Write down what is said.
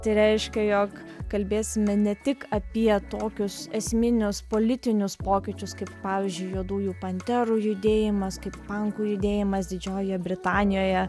tai reiškia jog kalbėsime ne tik apie tokius esminius politinius pokyčius kaip pavyzdžiui juodųjų panterų judėjimas kaip pankų judėjimas didžiojoje britanijoje